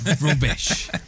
Rubbish